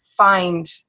find